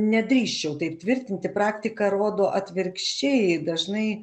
nedrįsčiau taip tvirtinti praktika rodo atvirkščiai dažnai